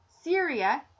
Syria